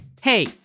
hey